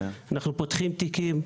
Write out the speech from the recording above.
אנחנו פותחים תיקים,